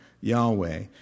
Yahweh